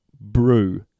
Brew